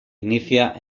inicia